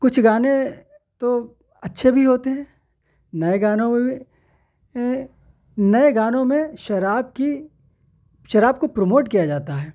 کچھ گانے تو اچھے بھی ہوتے ہیں نئے گانوں میں بھی نئے گانوں میں شراب کی شراب کو پروموٹ کیا جاتا ہے